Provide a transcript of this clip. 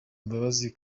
imbabazi